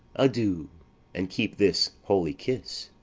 adieu, and keep this holy kiss.